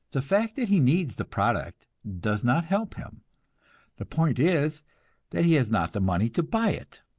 the fact that he needs the product does not help him the point is that he has not the money to buy it.